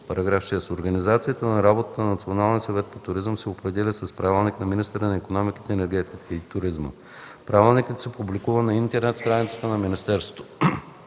туризма. (6) Организацията на работа на НСТ се определя с правилник на министъра на икономиката, енергетиката и туризма. Правилникът се публикува на интернет страницата на министерството.